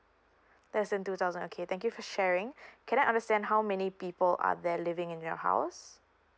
less than two thousand okay thank you for sharing can I understand how many people are there living in your house